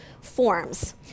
forms